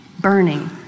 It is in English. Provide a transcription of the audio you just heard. burning